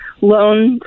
loans